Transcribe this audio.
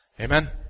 Amen